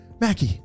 Mackie